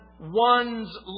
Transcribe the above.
one's